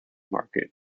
market